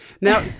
Now